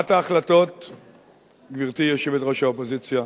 גברתי ראש האופוזיציה,